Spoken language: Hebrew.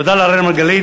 תודה לאראל מרגלית.